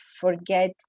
forget